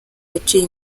yaciye